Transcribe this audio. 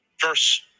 verse